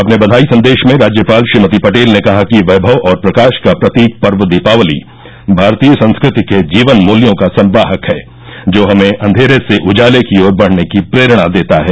अपने बधाई सन्देश में राज्यपाल श्रीमती पटेल ने कहा कि वैभव और प्रकाश का प्रतीक पर्व दीपावली भारतीय संस्कृति के जीवन मूल्यों का संवाहक है जो हमें अंधेरे से उजाले की ओर बढ़ने की प्रेरणा देता है